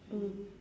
mm